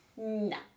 No